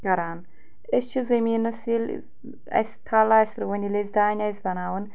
کَران أسۍ چھِ زمیٖنَس ییٚلہِ اَسہِ تھَل آسہِ رُوُن ییٚلہِ اَسہِ دانہِ آسہِ بَناوُن